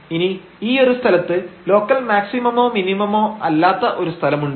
ഇനി ഈ ഒരു സ്ഥലത്ത് ലോക്കൽ മാക്സിമമോ മിനിമമോ അല്ലാത്ത ഒരു സ്ഥലമുണ്ട്